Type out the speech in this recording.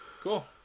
cool